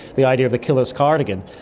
the idea of the killer's cardigan.